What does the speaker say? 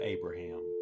Abraham